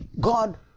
God